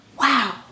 Wow